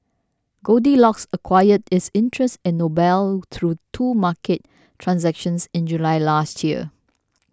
Goldilocks acquired its interest in Noble through two market transactions in July last year